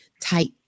tight